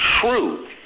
true